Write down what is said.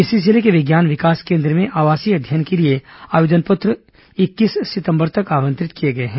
इसी जिले के विज्ञान विकास केन्द्र में आवासीय अध्ययन के लिए आवेदन पत्र इक्कीस सितंबर तक आमंत्रित किए गए हैं